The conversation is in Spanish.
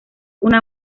una